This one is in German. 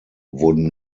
wurden